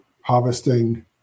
harvesting